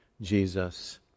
jesus